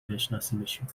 بشناسیمشون